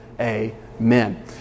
amen